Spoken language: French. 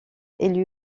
élu